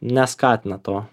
neskatina to